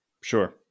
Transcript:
Sure